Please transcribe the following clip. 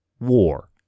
War